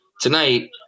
tonight